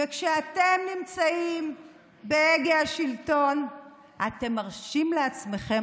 וכשאתם נמצאים בהגה השלטון אתם מרשים לעצמכם